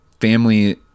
family